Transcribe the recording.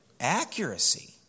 Accuracy